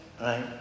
Right